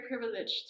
privileged